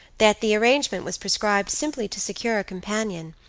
that the arrangement was prescribed simply to secure a companion,